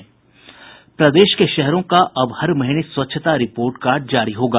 प्रदेश के शहरों का अब हर महीने स्वच्छता रिपोर्ट कार्ड जारी होगा